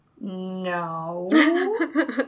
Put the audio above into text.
no